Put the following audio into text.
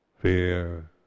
fear